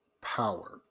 power